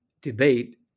debate